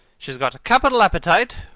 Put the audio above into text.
she has got a capital appetite,